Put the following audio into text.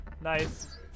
nice